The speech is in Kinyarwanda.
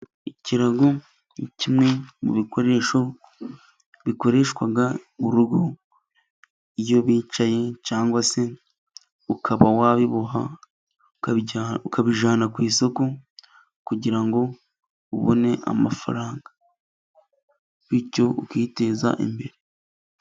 Ikirago ni kimwe mu bikoresho bikoreshwa murugo, iyo bicaye cyangwa se ukaba wabiboha ukabijyana ku isoko, kugira ngo ubone amafaranga bityo ukiteza imbere.